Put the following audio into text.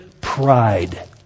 Pride